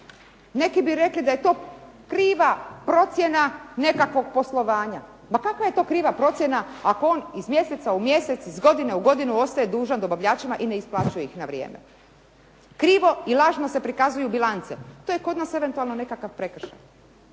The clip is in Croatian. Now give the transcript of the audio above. neki bi rekli da je to kriva procjena nekakvog poslovanja, ma kakva je to kriva procjena ako on iz mjeseca u mjesec iz godine u godinu ostaje dužan dobavljačima i ne isplaćuje im na vrijeme. Krivo i lažno se prikazuju bilance, to je kod nas eventualno nekakav prekršaj.